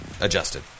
Adjusted